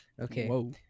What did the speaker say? Okay